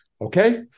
Okay